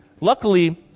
Luckily